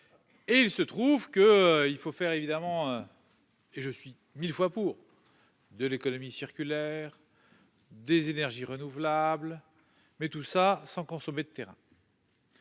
! Il se trouve qu'il faut encourager- et je suis mille fois pour ! -l'économie circulaire, les énergies renouvelables, mais tout cela sans consommer de terrain